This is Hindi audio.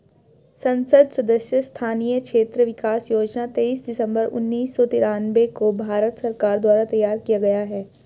संसद सदस्य स्थानीय क्षेत्र विकास योजना तेईस दिसंबर उन्नीस सौ तिरान्बे को भारत सरकार द्वारा तैयार किया गया